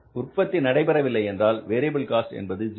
உற்பத்தி நடைபெறவில்லை என்றால் வேரியபில் காஸ்ட் என்பது 0